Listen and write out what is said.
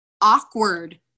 awkward